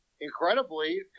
incredibly